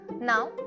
Now